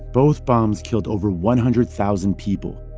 both bombs killed over one hundred thousand people,